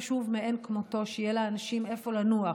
זה דבר חשוב מאין כמותו, שיהיה לאנשים איפה לנוח,